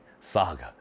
saga